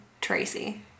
Tracy